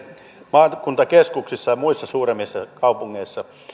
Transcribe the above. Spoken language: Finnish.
maakuntakeskuksissa ja muissa suuremmissa kaupungeissa